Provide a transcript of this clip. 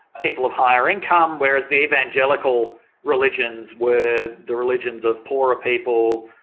people of higher income, whereas the evangelical religions were the religions of poorer people,